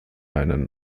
einen